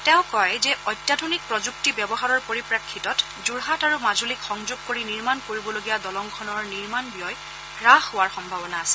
তেওঁ কয় যে অত্যাধুনিক প্ৰযুক্তি ব্যৱহাৰৰ পৰিপ্ৰেক্ষিতত যোৰহাট আৰু মাজুলীক সংযোগ কৰি নিৰ্মাণ কৰিবলগীয়া দলংখনৰ নিৰ্মাণ ব্যয় হ্ৰাস হোৱাৰ সম্ভাৱনা আছে